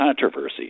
controversy